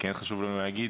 כן חשוב לנו להגיד